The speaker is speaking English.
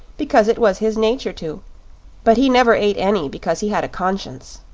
because it was his nature to but he never ate any because he had a conscience.